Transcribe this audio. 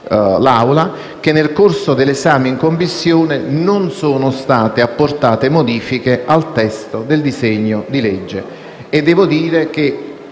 - che nel corso dell'esame in Commissione non sono state apportate modifiche al testo del disegno di legge. Ciò ha